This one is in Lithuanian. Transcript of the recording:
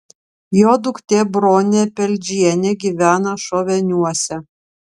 jo duktė bronė peldžienė gyvena šoveniuose